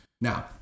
Now